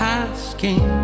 asking